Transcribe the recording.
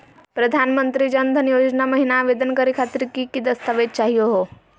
प्रधानमंत्री जन धन योजना महिना आवेदन करे खातीर कि कि दस्तावेज चाहीयो हो?